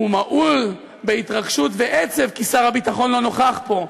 הוא מהול בהתרגשות ועצב כי שר הביטחון לא נוכח פה.